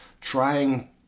trying